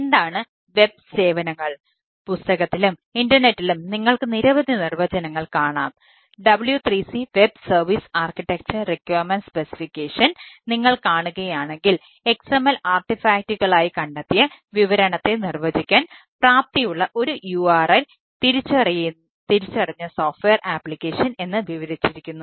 എന്താണ് വെബ് എന്ന് വിവരിച്ചിരിക്കുന്നു